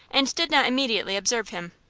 and did not immediately observe him.